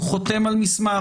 הוא חותם על מסמך?